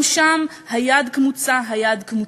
גם שם היד קמוצה, היד קמוצה,